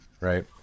right